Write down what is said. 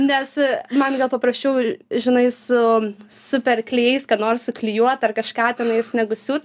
nes man gal paprasčiau žinai su super klijais ką nors suklijuoti ar kažką tenais negu siūt